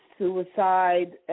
suicide